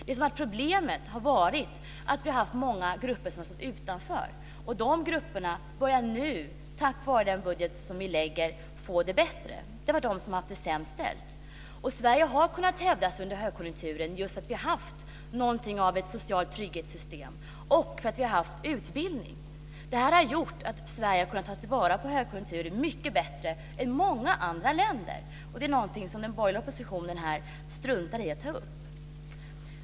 Problemet har varit att många grupper har stått utanför. Dessa grupper börjar nu, tack vare den budget som vi lägger fram, att få det bättre. Sverige har kunnat hävda sig under högkonjunkturen just för att vi har haft ett socialt trygghetssystem och för att vi har haft utbildning. Det har gjort att Sverige har kunnat ta till vara högkonjunkturen mycket bättre än många andra länder, och det är någonting som den borgerliga oppositionen struntar i att ta upp.